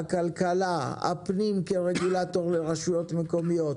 הכלכלה, הפנים כרגולטור לרשויות מקומיות,